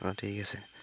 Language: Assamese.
অঁ ঠিক আছে